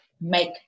make